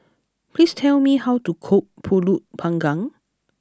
please tell me how to cook Pulut Panggang